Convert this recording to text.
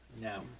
No